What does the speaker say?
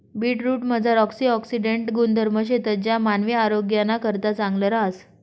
बीटरूटमझार अँटिऑक्सिडेंट गुणधर्म शेतंस ज्या मानवी आरोग्यनाकरता चांगलं रहास